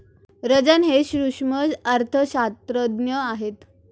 रंजन हे सूक्ष्म अर्थशास्त्रज्ञ आहेत